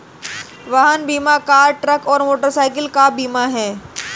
वाहन बीमा car, truck और मोटरसाइकिल का बीमा है